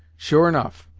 sure enough,